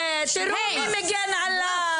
כן, תראו, מי מגן עליו.